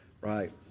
right